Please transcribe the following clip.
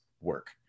work